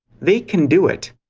they can do it.